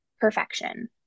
perfection